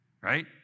right